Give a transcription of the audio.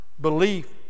Belief